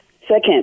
Second